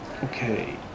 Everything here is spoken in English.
Okay